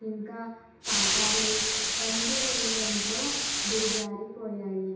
ఇంకా పాటలు వంటివి ఎంతో దిగజారిపోయాయి